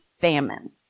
famine